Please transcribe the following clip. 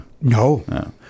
No